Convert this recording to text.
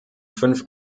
fünf